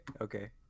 Okay